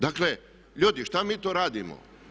Dakle, ljudi šta mi to radimo?